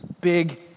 big